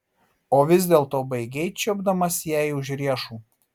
o vis dėlto baigei čiupdamas jai už riešų